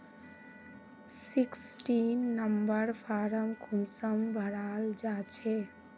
Sixteen number form कुंसम भराल जाछे?